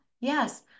Yes